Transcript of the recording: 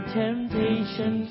temptation